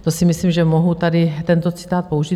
To si myslím, že mohu tady tento citát použít.